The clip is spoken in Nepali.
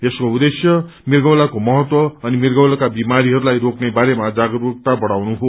यसको उद्देश्य मिर्गौलाको महत्व अनि मिर्गौलाका बिमारीहरूलाई रोक्ने बारेमा जागरूकता बढ़ाउनु हो